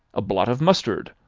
a blot of mustard,